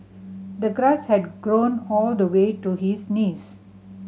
the grass had grown all the way to his knees